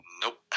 Nope